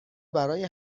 برای